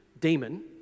demon